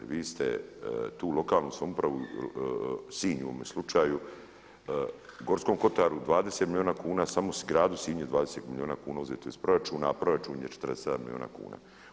Vi ste tu lokalnu samoupravu Sinj u ovome slučaju Gorskom kotaru 20 milijuna kuna, samo gradu Sinju 20 milijuna kuna uzeto iz proračuna, a proračun je 47 milijuna kuna.